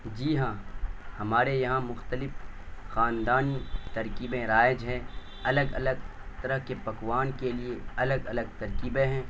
جی ہاں ہمارے یہاں مختلف خاندانی ترکیبیں رائج ہیں الگ الگ طرح کے پکوان کے لیے الگ الگ ترکیبیں ہیں